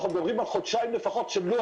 אנחנו מדברים על חודשיים לפחות שלא